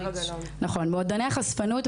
הזאת ולא קמות על הרגליים האחוריות שלנו,